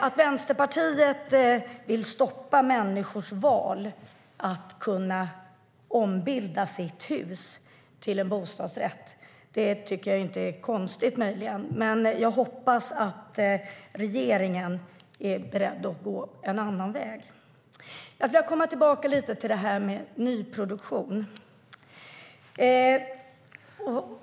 Att Vänsterpartiet vill stoppa människors val - det handlar om att kunna ombilda sin bostad till en bostadsrätt - tycker jag möjligen inte är konstigt, men jag hoppas att regeringen är beredd att gå en annan väg. Jag ska komma tillbaka lite till det här med nyproduktion.